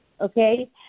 Okay